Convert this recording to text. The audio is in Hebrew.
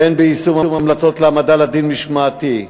בין ביישום המלצות להעמדה לדין משמעתי,